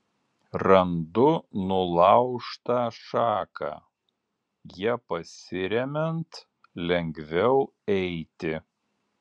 randu nulaužtą šaką ja pasiremiant lengviau eiti